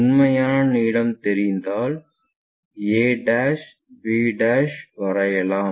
உண்மையான நீளம் தெரிந்ததும் a b வரையலாம்